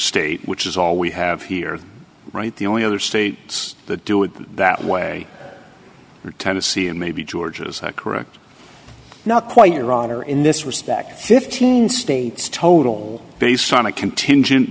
state which is all we have here right the only other states that do it that way or tennessee and maybe georgia's correct not quite iran or in this respect fifteen states total based on a contingent